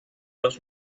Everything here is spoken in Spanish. los